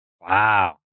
Wow